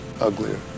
uglier